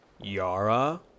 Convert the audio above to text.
Yara